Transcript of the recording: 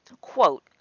Quote